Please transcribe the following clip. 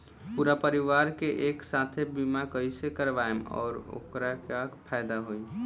पूरा परिवार के एके साथे बीमा कईसे करवाएम और ओकर का फायदा होई?